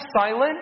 silent